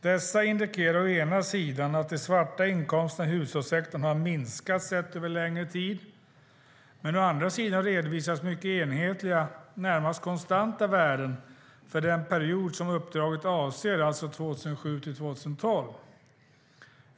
Å ena sidan indikerar dessa att de svarta inkomsterna i hushållssektorn har minskat sett över en längre tid, men å andra sidan redovisas mycket enhetliga - närmast konstanta - värden för den period som uppdraget avser, alltså 2007-2012.